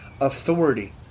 authority